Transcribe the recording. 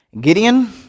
Gideon